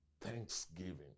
thanksgiving